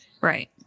right